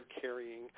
carrying